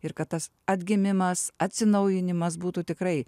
ir kad tas atgimimas atsinaujinimas būtų tikrai